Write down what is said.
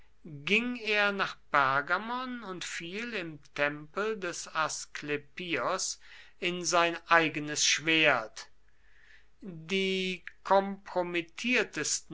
ging er nach pergamon und fiel im tempel des asklepios in sein eigenes schwert die